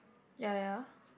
ya ya